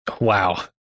wow